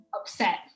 upset